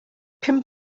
pum